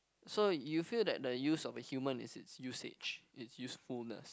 so you feel that the use of a human is its usage it's usefulness